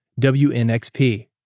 WNXP